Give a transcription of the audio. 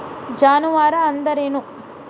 ಜಾನುವಾರು ಅಂದ್ರೇನು?